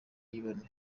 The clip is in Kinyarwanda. iyibona